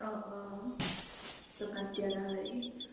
অঁ অঁ চুঙাত দিয়া গাহৰি